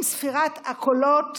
עם ספירת הקולות,